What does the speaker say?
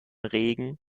regen